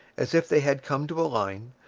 as if they had come to a line,